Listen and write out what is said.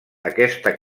aquesta